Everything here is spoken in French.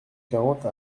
quarante